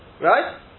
Right